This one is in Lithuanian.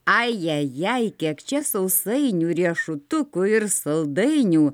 ajajaj kiek čia sausainių riešutukų ir saldainių